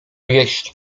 jeść